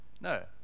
No